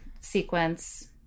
sequence